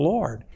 Lord